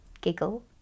Giggle